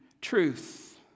truth